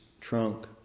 trunk